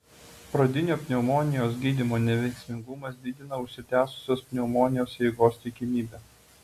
pradinio pneumonijos gydymo neveiksmingumas didina užsitęsusios pneumonijos eigos tikimybę